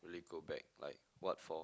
really go back like what for